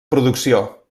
producció